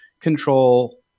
control